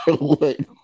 Wait